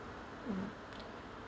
mmhmm